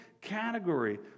category